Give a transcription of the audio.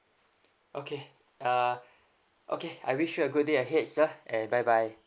okay uh okay I wish you a good day ahead sir and bye bye